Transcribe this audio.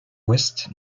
ouest